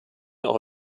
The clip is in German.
auch